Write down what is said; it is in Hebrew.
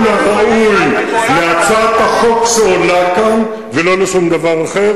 הראוי להצעת החוק שעולה כאן ולא לשום דבר אחר.